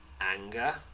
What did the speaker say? Anger